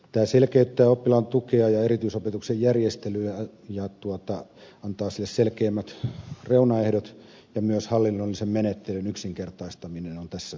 tämä selkeyttää oppilaan tukea ja erityisopetuksen järjestelyjä ja antaa niille selkeämmät reunaehdot ja myös hallinnollisen menettelyn yksinkertaistaminen on tässä tervetullut